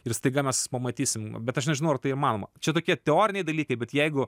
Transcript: ir staiga mes pamatysim bet aš nežinau ar tai įmanoma čia tokie teoriniai dalykai bet jeigu